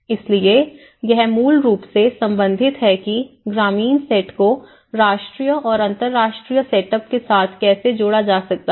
इसलिए यह मूल रूप से संबंधित है कि ग्रामीण सेट को राष्ट्रीय और अंतर्राष्ट्रीय सेटअप के साथ कैसे जोड़ा जा सकता है